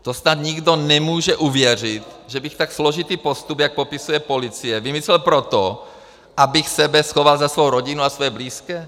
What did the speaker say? To snad nikdo nemůže uvěřit, že bych tak složitý postup, jak popisuje policie, vymyslel proto, abych sebe schoval za svou rodinu a svoje blízké.